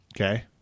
Okay